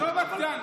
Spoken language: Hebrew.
עזוב רגע את גנץ,